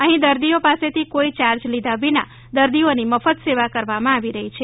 અહિં દર્દીઓ પાસેથી કોઈ ચાર્જ લીધા વિનાં દર્દીઓની મફત સેવા કરવામાં આવી રહી છે